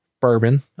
bourbon